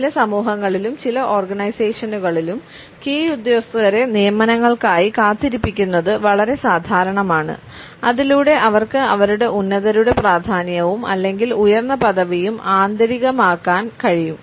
ചില സമൂഹങ്ങളിലും ചില ഓർഗനൈസേഷനുകളിലും കീഴ് ഉദ്യോഗസ്ഥരെ നിയമനങ്ങൾക്കായി കാത്തിരിപ്പിക്കുന്നത് വളരെ സാധാരണമാണ് അതിലൂടെ അവർക്ക് അവരുടെ ഉന്നതരുടെ പ്രാധാന്യവും അല്ലെങ്കിൽ ഉയർന്ന പദവിയും ആന്തരികമാക്കാൻ കഴിയും